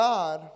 God